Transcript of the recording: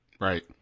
Right